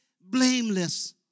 blameless